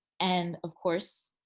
and of course,